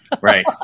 Right